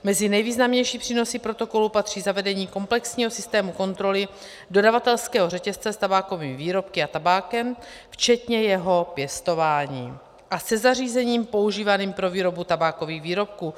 Mezi nejvýznamnější přínosy protokolu patří zavedení komplexního systému kontroly dodavatelského řetězce s tabákovými výrobky a tabákem, včetně jeho pěstování, a se zařízením používaným pro výrobu tabákových výrobků.